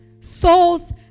Souls